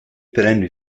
prennent